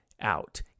out